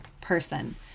person